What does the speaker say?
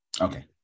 Okay